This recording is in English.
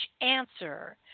answer